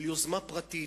של יוזמה פרטית,